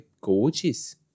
gorgeous